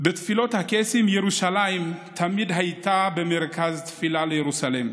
בתפילות הקייסים ירושלים תמיד הייתה במרכז התפילה לירוסלם.